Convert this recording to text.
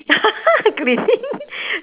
cleaning